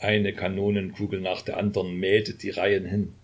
eine kanonenkugel nach der andern mähte die reihen hin